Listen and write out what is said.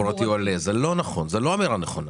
זה לא נכון שכל הרכב התחבורתי עולה,